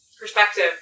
perspective